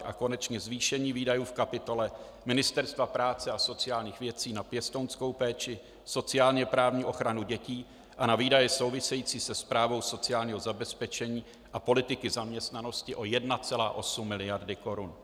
A konečně zvýšení výdajů v kapitole Ministerstva práce a sociálních věcí na pěstounskou péči, sociálně právní ochranu dětí a na výdaje související se správou sociálního zabezpečení a politiky zaměstnanosti o 1,8 mld. korun.